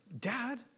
Dad